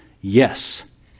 yes